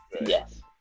Yes